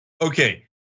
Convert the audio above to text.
Okay